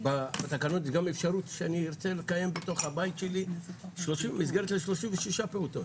בתקנות זה גם אפשרות שאני ארצה לקיים בתוך הבית שלי מסגרת של 36 פעוטות.